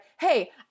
hey